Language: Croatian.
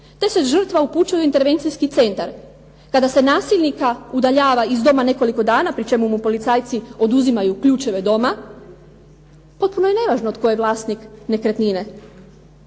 te se žrtva upućuje u intervencijski centar. Kada se nasilnika udaljava iz doma nekoliko dana pri čemu mu policajci oduzimaju ključeve doma potpuno je nevažno tko je vlasnik nekretnine.